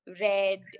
red